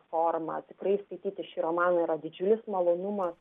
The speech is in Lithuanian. forma tikrai skaityti šį romaną yra didžiulis malonumas